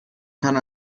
kann